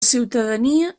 ciutadania